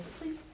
Please